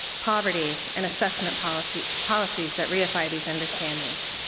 poverty and assessment policies policies that reify these understandings.